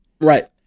Right